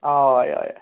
हय हय